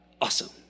Awesome